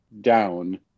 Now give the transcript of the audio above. down